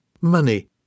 money